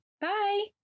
bye